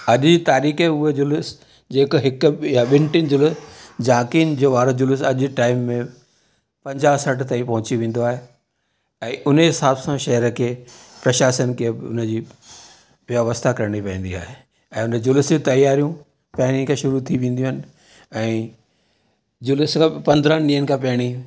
अॼु जी तारीख़ उहे जुलूसु जेका हिकु या ॿिनि टिनि जॻह झाकियुनि जो वार जुलूसु अॼु जे टाइम में पंजाह सठि ताईं पहुची विंदो आहे ऐं हुनजे हिसाब सां शहर खे प्रशासन खे हुनजी व्यवस्था करिणी पवंदी आहे ऐं हुन जुलूस जी तयारियूं पहिरीं खां शुरू थी वेंदियूं आहिनि ऐं जुलूस खां पंद्रहनि ॾींहंनि खां पहिरीं